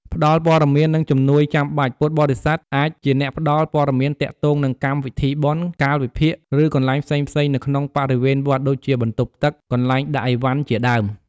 បើសិនជាភ្ញៀវមានតម្រូវការជំនួយផ្សេងៗ ពួកគាត់ក៏អាចជួយសម្របសម្រួលបានដែរ។